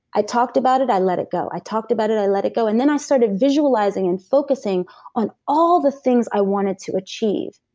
i talked about it, i let it go. i talked about it, i let it go. and then i started visualizing and focusing on all the things i wanted to achieve.